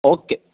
okay